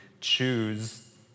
choose